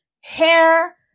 hair